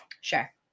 Sure